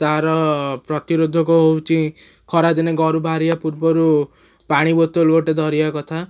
ତା'ର ପ୍ରତିରୋଧକ ହେଉଛି ଖରାଦିନେ ଘରୁ ବାହାରିବା ପୂର୍ବରୁ ପାଣି ବୋତଲ ଗୋଟେ ଧରିବା କଥା